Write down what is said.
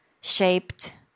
shaped